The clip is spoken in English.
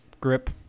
grip